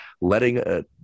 letting